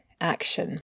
action